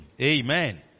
Amen